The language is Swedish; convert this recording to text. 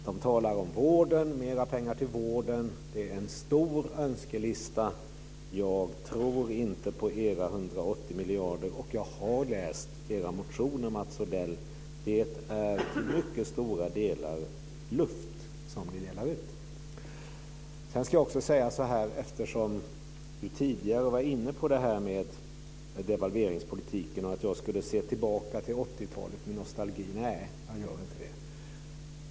De talar om mer pengar till vården. Det är en stor önskelista. Jag tror inte på era 180 miljarder. Jag har läst era motioner, Mats Odell. Det är till mycket stora delar luft som ni delar ut. Mats Odell var tidigare inne på devalveringspolitiken och att jag skulle se tillbaka på 80-talet med nostalgi. Nej, jag gör inte det.